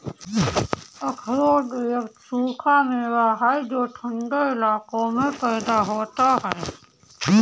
अखरोट एक सूखा मेवा है जो ठन्डे इलाकों में पैदा होता है